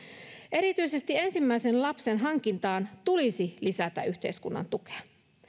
erityisesti ensimmäisen lapsen hankintaan tulisi lisätä yhteiskunnan tukea